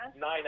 nine